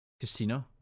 casino